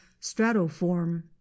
stratoform